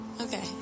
Okay